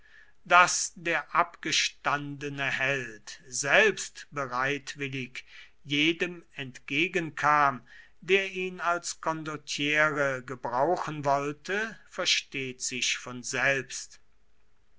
daß der abgestandene held selbst bereitwillig jedem entgegenkam der ihn als condottiere gebrauchen wollte versteht sich von selbst